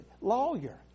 lawyer